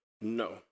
No